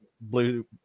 blue